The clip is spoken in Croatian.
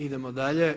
Idemo dalje.